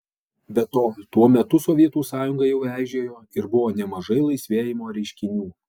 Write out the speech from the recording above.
be to tuo metu sovietų sąjunga jau eižėjo ir buvo nemažai laisvėjimo reiškinių